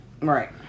Right